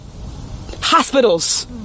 Hospitals